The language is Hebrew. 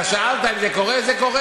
אתה שאלת אם זה קורה, זה קורה.